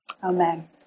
Amen